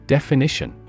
Definition